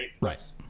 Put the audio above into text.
Right